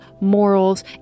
morals